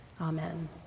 amen